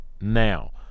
now